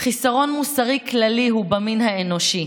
"חיסרון מוסרי כללי הוא במין האנושי,